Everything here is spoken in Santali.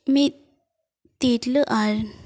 ᱢᱤᱫ ᱛᱤᱨᱞᱟᱹ ᱟᱨ